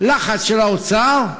לחץ של האוצר,